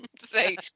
Say